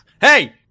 Hey